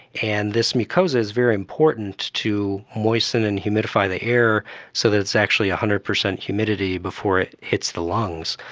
and this mucosa is very important to moisten and humidify the air so that it's actually one ah hundred percent humidity before it hits the lungs.